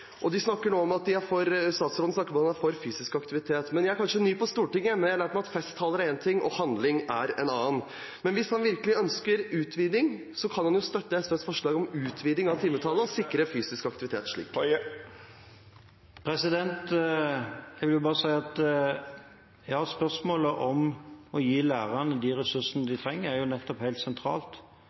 og statsråden snakker nå om at han er for fysisk aktivitet. Jeg er kanskje ny på Stortinget, men jeg har lært meg at festtaler er én ting, og handling er en annen. Hvis han virkelig ønsker utviding, kan han jo støtte SVs forslag om utviding av timetallet og sikre fysisk aktivitet slik. Jeg vil bare si at spørsmålet om å gi lærerne de ressursene de trenger, er helt sentralt.